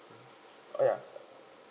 oh yeah